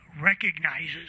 recognizes